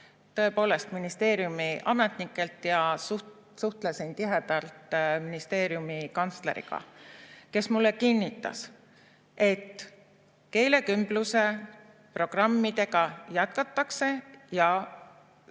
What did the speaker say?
saada, ministeeriumi ametnikelt. Ja suhtlesin tihedalt ministeeriumi kantsleriga, kes mulle kinnitas, et keelekümblusprogramme jätkatakse ja